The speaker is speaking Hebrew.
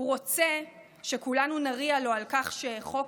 הוא רוצה שכולנו נריע לו על כך שחוק